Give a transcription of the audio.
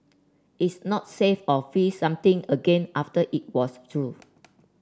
it's not safe of freeze something again after it was through